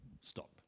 stop